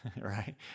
right